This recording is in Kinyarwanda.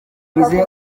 mise